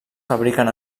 fabriquen